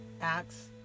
Acts